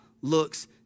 looks